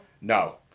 No